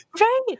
Right